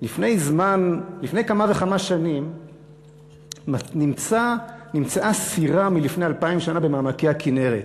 לפני כמה וכמה שנים נמצאה סירה מלפני 2,000 שנה במעמקי הכינרת.